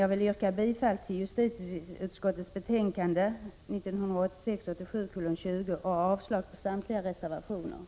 Jag vill yrka bifall till justitieutskottets hemställan i betänkandet 1986/87:20 och avslag på samtliga reservationer.